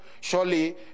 Surely